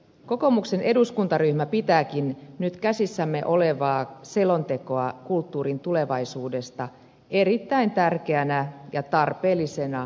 kokoomuksen eduskuntaryhmä pitääkin nyt käsissämme olevaa selontekoa kulttuurin tulevaisuudesta erittäin tärkeänä ja tarpeellisena askeleena